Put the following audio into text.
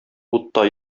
утта